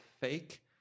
fake